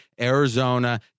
Arizona